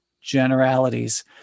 generalities